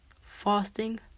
Fasting